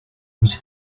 was